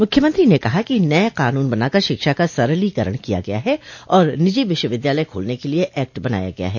मुख्यमंत्री ने कहा कि नये कानून बनाकर शिक्षा का सरलीकरण किया गया है और निजी विश्वविद्यालय खोलने के लिये एक्ट बनाया गया है